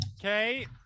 Okay